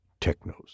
Technos